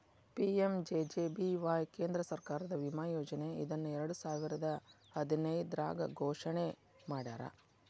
PMJJBY ಕೇಂದ್ರ ಸರ್ಕಾರದ ವಿಮಾ ಯೋಜನೆ ಇದನ್ನ ಎರಡುಸಾವಿರದ್ ಹದಿನೈದ್ರಾಗ್ ಘೋಷಣೆ ಮಾಡ್ಯಾರ